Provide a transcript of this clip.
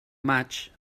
maig